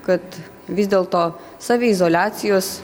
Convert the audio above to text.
kad vis dėlto saviizoliacijos